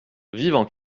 vivants